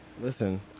listen